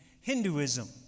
Hinduism